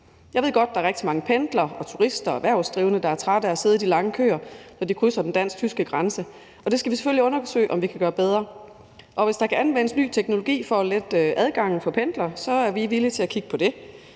Jeg ved godt, at der er rigtig mange pendlere, turister og erhvervsdrivende, der er trætte af at sidde i de lange køer, når de krydser den dansk-tyske grænse. Det skal vi selvfølgelig undersøge om vi kan gøre bedre, og hvis der kan anvendes ny teknologi for at lette adgangen for pendlere, så er vi villige til at kigge på det.